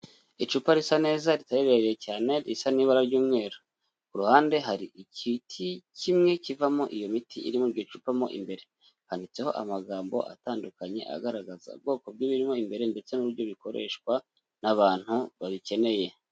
Icupa risa neza ritari rirerire cyane risa n'ibara ry'umweru, ku ruhande hari igiti kimwe kivamo iyo miti iri muri iryo cupa mo imbere, handitseho amagambo atandukanye agaragaza ubwoko bw'ibirimo imbere ndetse n'uburyo bikoreshwa n'abantu babikeneye.